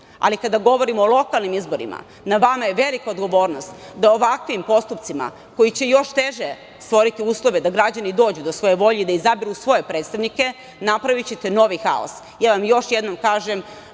ali kada govorimo o lokalnim izborima na vama je velika odgovornost da ovakvim postupcima koji će još teže stvoriti uslove da građani dođu do svoje volje i da izaberu svoje predstavnike, napravićete novi haos. Ja vam još jednom kažem,